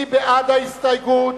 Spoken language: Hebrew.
מי בעד ההסתייגות?